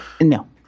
No